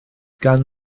gan